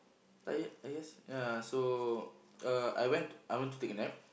tired I guess ya so uh I went I went to take a nap